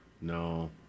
No